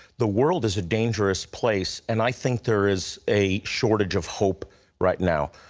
the world is a dangerous place. and i think there is a shortage of hope right now.